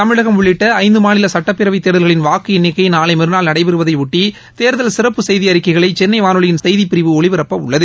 தமிழகம் உள்ளிட்ட றந்து மாநில சுட்டப்பேரவைத் தேர்தல்களின் வாக்கு எண்ணிக்கை நாளை மறநாள் நடைபெறுவதையொட்டி தேர்தல் சிறப்பு செய்தி அறிக்கைகளை சென்னை வானொலியின் செய்திப்பிரிவு ஒலிபரப்ப உள்ளது